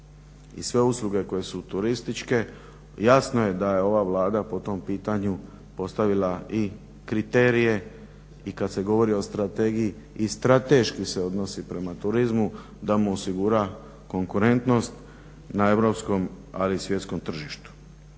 i sve usluge koje su turističke jasno je da je ova Vlada po tom pitanju postavila i kriterije i kada se govori i strategiji i strateški se odnosi prema turizmu da mu osigura konkurentnost na europskom ali i na svjetskom tržištu.